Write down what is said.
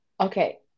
Okay